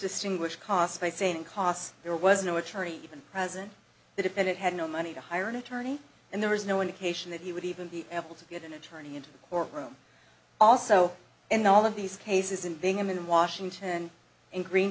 distinguish cost by saying cost there was no attorney even present the defendant had no money to hire an attorney and there was no indication that he would even be able to get an attorney into the court room also and all of these cases involving him in washington and green